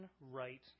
right